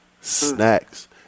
Snacks